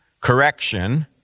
correction